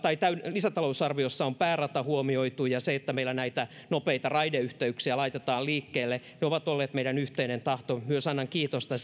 lisätalousarviossa on päärata huomioitu ja siitä että meillä näitä nopeita raideyhteyksiä laitetaan liikkeelle ne ovat olleet meidän yhteinen tahto myös annan kiitosta